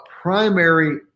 primary